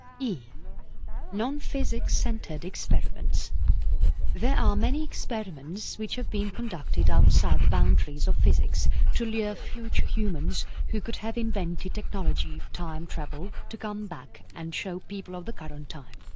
e non-physics centred experiments there are many experiments which have been conducted outside the boundaries of physics to lure future humans who could have invented technology if time travel, to come back and show people of the current time.